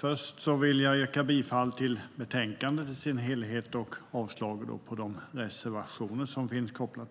Först vill jag yrka bifall till förslaget i betänkandet i dess helhet och avslag på reservationerna.